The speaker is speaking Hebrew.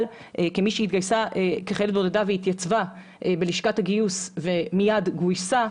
אבל כמי שהתגייסה כחיילת בודדה והתייצבה בלשכת הגיוס ומיד גויסה,